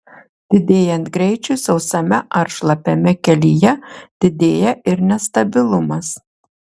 didėjant greičiui sausame ar šlapiame kelyje didėja ir nestabilumas